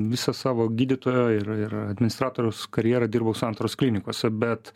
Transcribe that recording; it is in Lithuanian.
visą savo gydytojo ir ir administratoriaus karjerą dirbau santaros klinikose bet